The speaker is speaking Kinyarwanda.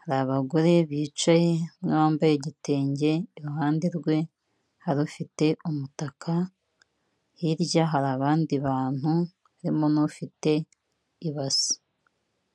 hari abagore bicaye umwe wambaye igitenge, iruhande rwe hari ufite umutaka, hirya hari abandi bantu, harimo n'ufite ibasi.